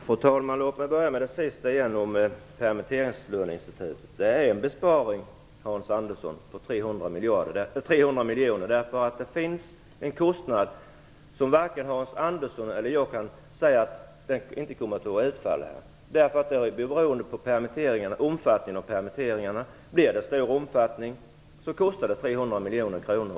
Fru talman! Låt mig börja med det som sades om permitteringslöneinstitutet. Det är en besparing på 300 miljoner, Hans Andersson. Varken Hans Andersson eller jag kan veta om kostnaden utfaller. Den är beroende av omfattningen av permitteringarna. Blir omfattningen stor kostar det 300 miljoner kronor.